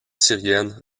syrienne